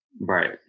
Right